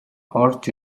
орж